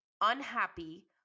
unhappy